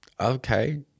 okay